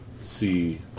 see